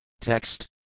Text